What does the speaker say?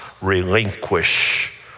relinquish